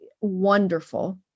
wonderful